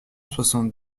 soixante